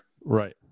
right